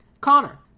Connor